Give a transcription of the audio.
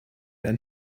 ein